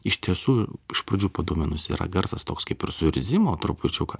iš tiesų iš pradžių padūminus yra garsas toks kaip ir suirzimo trupučiuką